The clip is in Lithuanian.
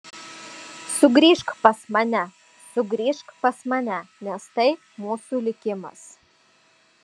sugrįžk pas mane sugrįžk pas mane nes tai mūsų likimas